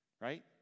right